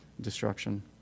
destruction